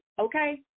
Okay